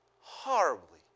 horribly